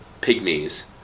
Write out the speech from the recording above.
Pygmies